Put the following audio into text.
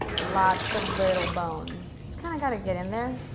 lots of little bones. just kind of got to get in there.